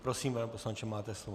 Prosím, pane poslanče, máte slovo.